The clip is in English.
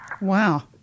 Wow